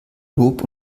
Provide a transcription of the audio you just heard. lob